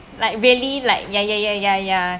like really like ya ya ya ya ya